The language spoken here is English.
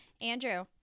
Andrew